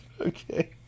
Okay